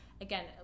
again